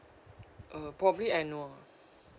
uh probably annual